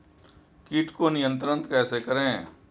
कीट को नियंत्रण कैसे करें?